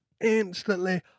instantly